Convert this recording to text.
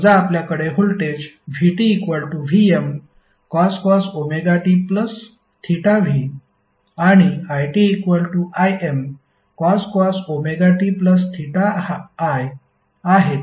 समजा आपल्याकडे voltage vtVmcos tv आणि itImcos ti आहेत